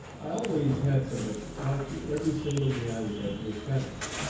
i always had somebody to talk to every single day i was at the academy.